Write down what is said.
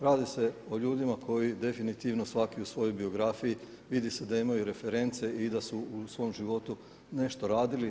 Radi se o ljudima koji definitivno svaki u svojoj biografiji vidi se da imaju reference i da su u svom životu nešto radili.